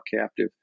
captive